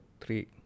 three